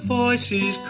voices